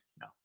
No